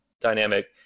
dynamic